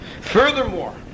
furthermore